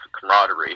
camaraderie